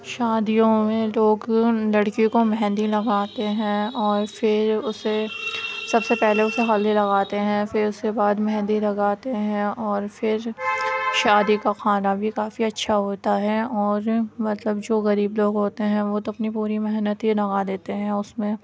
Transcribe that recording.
شادیوں میں لوگ لڑکی کو مہندی لگاتے ہیں اور پھر اسے سب سے پہلے اسے ہلدی لگاتے ہیں پھر اس کے بعد مہندی لگاتے ہیں اور پھر شادی کا کھانا بھی کافی اچھا ہوتا ہے اور مطلب جو غریب لوگ ہوتے ہیں وہ تو اپنی پوری محنت ہی لگا دیتے ہیں اس میں